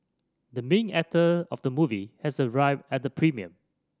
the main actor of the movie has arrived at the premiere